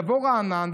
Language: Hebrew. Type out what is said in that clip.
יבוא רענן,